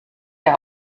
der